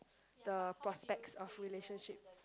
the prospects of relationship